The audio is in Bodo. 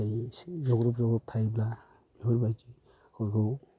दै एसे जग्रब जग्रब थायोब्ला बेफोरबायदि